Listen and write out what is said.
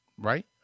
right